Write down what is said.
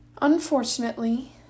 Unfortunately